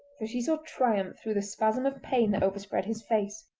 for she saw triumph through the spasm of pain that overspread his face.